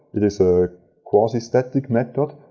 it is a quasi static method.